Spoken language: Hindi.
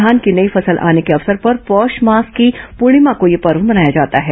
घान की नई फसल आने के अवसर पर पौष माह की पूर्णिमा को यह पर्व मनाया जाता है